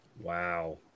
Wow